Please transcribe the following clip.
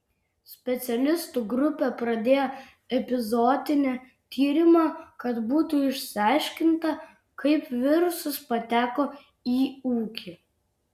specialistų grupė pradėjo epizootinį tyrimą kad būtų išsiaiškinta kaip virusas pateko į ūkį